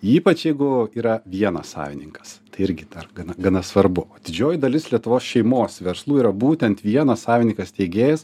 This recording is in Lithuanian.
ypač jeigu yra vienas savininkas tai irgi gana gana svarbu o didžioji dalis lietuvos šeimos verslų yra būtent vienas savininkas steigėjas